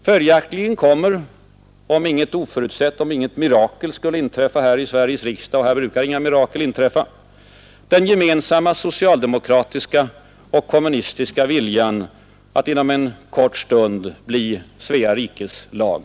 Följaktligen kommer, om inget mirakel skulle inträffa i Sveriges riksdag och här brukar inga mirakel inträffa —, den gemensamma socialdemokratiska och kommunistiska viljan att inom en kort stund bli Svea rikes lag